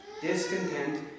Discontent